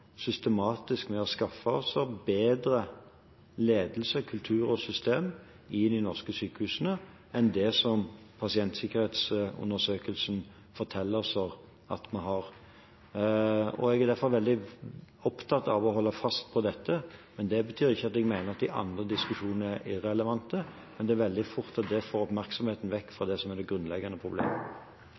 systematisk med å skaffe oss bedre ledelse, kultur og systemer i de norske sykehusene enn det som pasientsikkerhetsundersøkelsen forteller oss at vi har. Jeg er derfor veldig opptatt av å holde fast på dette. Det betyr ikke at jeg mener at de andre diskusjonene er irrelevante, men det får veldig fort oppmerksomheten vekk fra det som er det grunnleggende problemet.